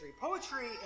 Poetry